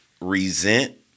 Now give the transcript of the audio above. resent